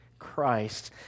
Christ